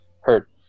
hurt